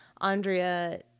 Andrea